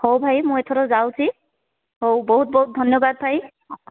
ହଉ ଭାଇ ମୁଁ ଏଥର ଯାଉଛି ହଉ ବହୁତ୍ ବହୁତ୍ ଧନ୍ୟବାଦ ଭାଇ